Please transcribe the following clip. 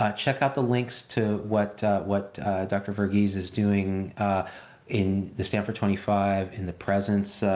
ah check out the links to what what dr. verghese is doing in the stanford twenty five, in the presence.